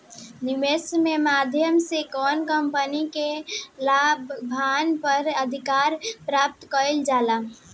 निवेस के माध्यम से कौनो कंपनी के लाभांस पर अधिकार प्राप्त कईल जाला